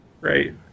Right